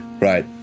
Right